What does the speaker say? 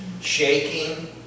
Shaking